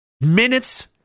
minutes